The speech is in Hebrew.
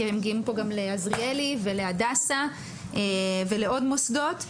מגיעים פה גם לעזריאלי ולהדסה ולעוד מוסדות,